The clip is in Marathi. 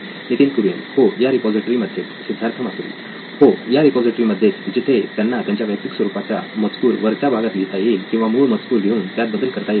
नितीन कुरियन हो या रिपॉझिटरी मध्येच सिद्धार्थ मातुरी हो या रिपॉझिटरी मध्येच जिथे त्यांना त्यांचा वैयक्तिक स्वरूपाचा मजकूर वरच्या भागात लिहिता येईल किंवा मूळ मजकूर घेऊन त्यात बदल करता येतील